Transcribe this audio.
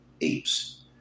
Apes